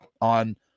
on